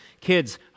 kids